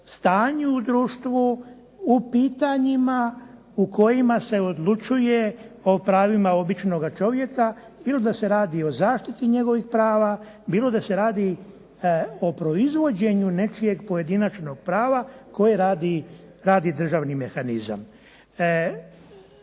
u društvu u pitanjima u kojima se odlučuje o pravima običnoga čovjeka, bilo da se radi o zaštiti njegovih prava, bilo da se radi o proizvođenju nečijeg pojedinačnog prava koje radi državni mehanizam.